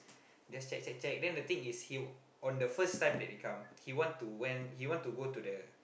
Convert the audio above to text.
just check check check then the thing is he on the first time that they come he want to went he want to go to the